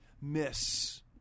miss